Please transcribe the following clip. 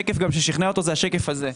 השקף ששכנע אותו הוא השקף הזה,